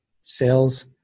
sales